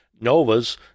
NOVA's